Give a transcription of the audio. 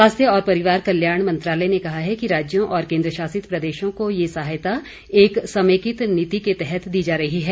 स्वास्थ्य और परिवार कल्याण मंत्रालय ने कहा है कि राज्यों और केन्द्रशासित प्रदेशों को यह सहायता एक समेकित नीति के तहत दी जा रही है